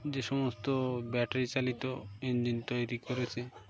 যে সমস্ত ব্যাটারি চালিত ইঞ্জিন তৈরি করেছে